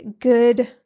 good